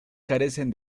carecen